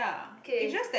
okay